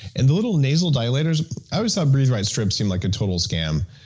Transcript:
and the little nasal dilators? i always thought breathe right strips seem like a total scam,